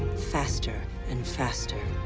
faster and faster.